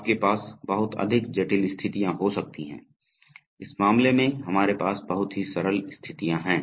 आपके पास बहुत अधिक जटिल स्थितियां हो सकती हैं इस मामले में हमारे पास बहुत ही सरल स्थितियां हैं